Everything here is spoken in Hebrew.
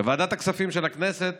בוועדת הכספים של הכנסת